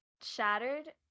shattered